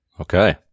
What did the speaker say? okay